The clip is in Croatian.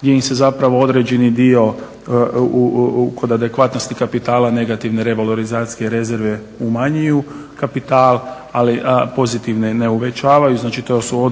gdje im se određeni dio kod adekvatnosti kapitala negativne ne … rezerve umanjuju kapital, a pozitivne ne uvećavaju. Znači to su